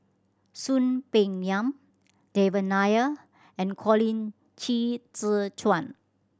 Soon Peng Yam Devan Nair and Colin Qi Zhe Quan